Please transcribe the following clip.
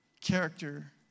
Character